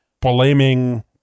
blaming